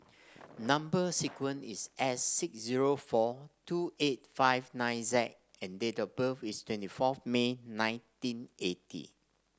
number sequence is S six zero four two eight five nine Z and date of birth is twenty fourth May nineteen eighty